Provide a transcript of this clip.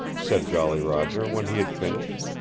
said jolly roger when he had finished.